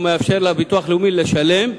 ומאפשר לביטוח הלאומי לשלם,